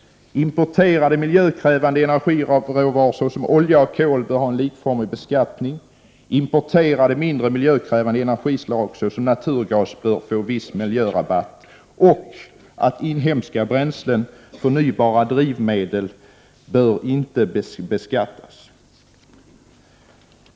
Importerade miljökrävande energiråvaror såsom olja och kol bör ha en likformig beskattning. Importerade mindre miljökrävande energislag såsom naturgas bör få viss ”miljörabatt”. Inhemska bränslen, förnyelsebara drivmedel, bör inte beskattas.